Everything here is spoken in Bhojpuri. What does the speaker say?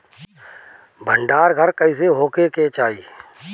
भंडार घर कईसे होखे के चाही?